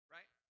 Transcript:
Right